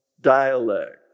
dialect